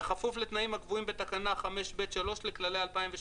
ובכפוף לתנאים הקבועים בתקנה 5(ב)(3) לכללי 2018,